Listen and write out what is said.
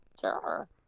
Sure